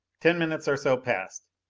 ten minutes or so passed.